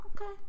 Okay